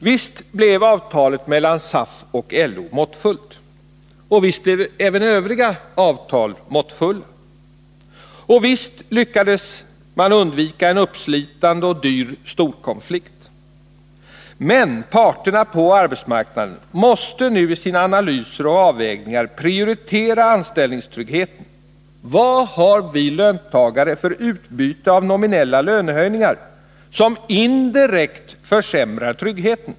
Visst blev avtalet mellan SAF och LO måttfullt. Visst blev även övriga avtal måttfulla. Och visst lyckades man undvika en uppslitande och dyr storkonflikt. Men parterna på arbetsmarknaden måste nu i sina analyser och avvägningar prioritera anställningstryggheten. Vad har vi löntagare för utbyte av riominella lönehöjningar som indirekt försämrar tryggheten?